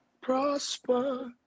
Prosper